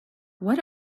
what